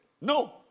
No